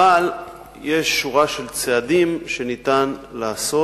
אבל יש שורה של צעדים שניתן לעשות.